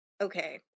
Okay